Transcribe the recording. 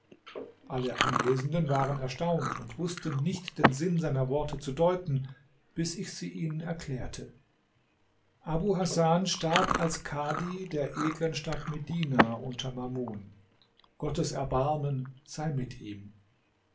alle anwesenden waren erstaunt und wußten nicht den sinn seiner worte zu deuten bis ich sie ihnen erklärte abu hasan starb als kadhi der edlen stadt medina unter mamun gottes erbarmen sei mit